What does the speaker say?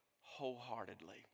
wholeheartedly